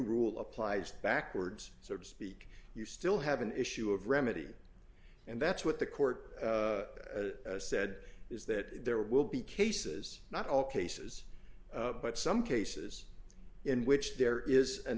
rule applies backwards so to speak you still have an issue of remedy and that's what the court said is that there will be cases not all cases but some cases in which there is an